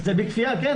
זה בכפייה, כן.